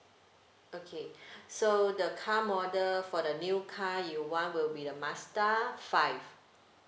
okay so the car model for the new car you want will be the Mazda five